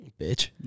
Bitch